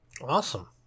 Awesome